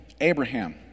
Abraham